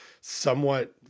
somewhat